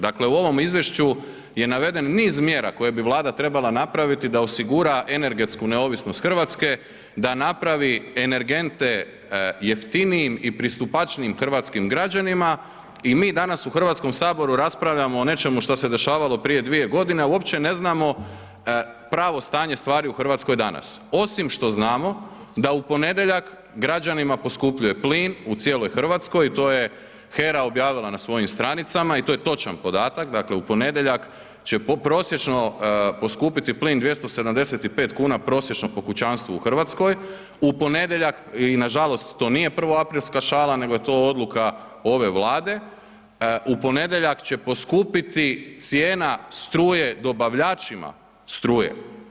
Dakle, u ovom izvješću je naveden niz mjera koje bi Vlada trebala napraviti da osigura energetsku neovisnost Hrvatske, da napravi energente jeftinijim i pristupačnijim hrvatskim građanima i mi danas u Hrvatskom saboru raspravljamo o nečemu što se dešavalo prije 2 g. a uopće ne znamo pravo stanje stvari u Hrvatskoj danas osim što znamo da u ponedjeljak građanima poskupljuje plin u cijeloj Hrvatskoj, to je HERA objavila na svojim stranicama i to je točan podatak, dakle u ponedjeljak će prosječno poskupiti plin 275 kn, prosječno po kućanstvu u Hrvatskoj, u ponedjeljak i nažalost to nije prvoaprilska šala nego je to odluka ove Vlade, u ponedjeljak će poskupiti cijena struje dobavljačima struje.